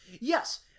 Yes